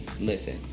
Listen